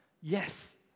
yes